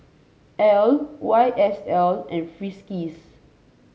Elle Y S L and Friskies